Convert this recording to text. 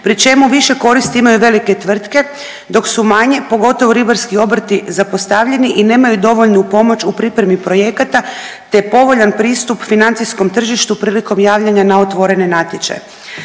pri čemu više koristi imaju velike tvrtke dok su manje, pogotovo ribarski obrti, zapostavljeni i nemaju dovoljnu pomoć u pripremi projekata, te povoljan pristup financijskom tržištu prilikom javljanja na otvorene natječaje.